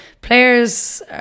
players